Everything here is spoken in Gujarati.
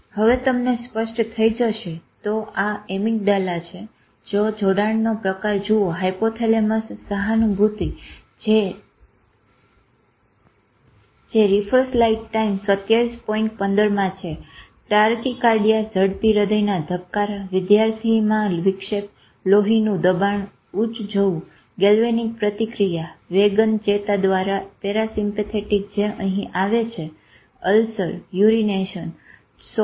હવે તમને સ્પષ્ટ થઈ જશે તો આ એમીગડાલા છે જોડાણોનો પ્રકાર જુઓ હાયપોથેલેમસ સહાનુભુતિ જે રીફર સ્લાઈડ ટાઇમ 2715 છે ટાકીકાર્ડિયા ઝડપી હદયના ધબકારા વિદ્યાર્થીમાં વિક્ષેપ લોહીનું દબાણ ઉચ્ચું જવું ગેલ્વેનીક પ્રતિક્રિયા વેગન ચેતા દ્વારા પેરાસીમપેથેટીક જે અહી આવે છે અલ્સર યુરીનેસન શૌચ